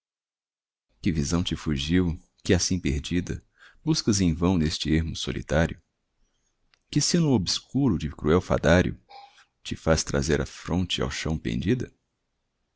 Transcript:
que visão te fugio que assim perdida buscas em vão n'este ermo solitario que signo obscuro de cruel fadario te faz trazer a fronte ao chão pendida